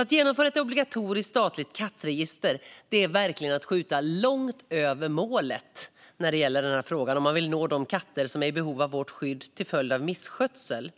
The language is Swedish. Att genomföra ett obligatoriskt, statligt kattregister är verkligen att skjuta långt över målet i denna fråga, om man vill nå de katter som är i behov av vårt skydd till följd av misskötsel.